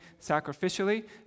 sacrificially